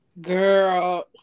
Girl